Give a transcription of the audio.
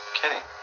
kidding